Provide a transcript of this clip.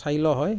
চাই লোৱা হয়